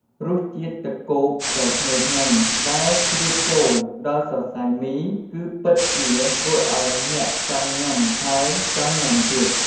រសជាតិទឹកគោកដ៏ឈ្ងុយឆ្ងាញ់ ដែលជ្រាបចូលដល់សរសៃមី គឺពិតជាធ្វើឱ្យអ្នកចង់ញ៉ាំហើយចង់ញ៉ាំទៀត។